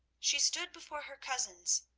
she stood before her cousins,